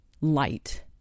light